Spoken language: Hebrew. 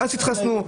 ואז תתחסנו.